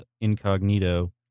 incognito